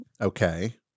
Okay